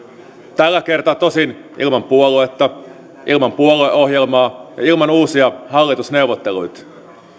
tällä kertaa tosin ilman puoluetta ilman puolueohjelmaa ja ilman uusia hallitusneuvotteluita